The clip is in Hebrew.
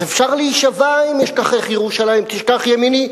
אז אפשר להישבע "אם אשכחך ירושלים תשכח ימיני".